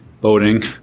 boating